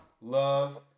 love